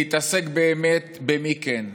להתעסק באמת במי כן.